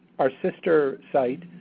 our sister site,